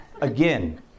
again